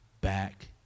back